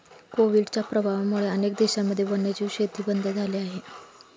कोविडच्या प्रभावामुळे अनेक देशांमध्ये वन्यजीव शेती बंद झाली आहे